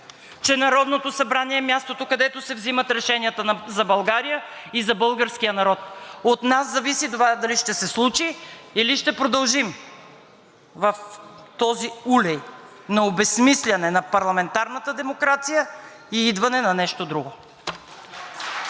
че Народното събрание е мястото, където се взимат решенията за България и за българския народ. От нас зависи това дали ще се случи, или ще продължим в този улей на обезсмисляне на парламентарната демокрация и идване на нещо друго.